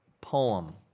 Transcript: poem